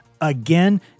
again